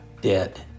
dead